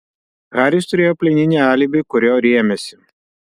haris turėjo plieninį alibi kuriuo rėmėsi